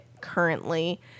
currently